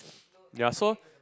ya so